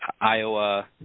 Iowa